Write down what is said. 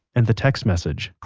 and the text message,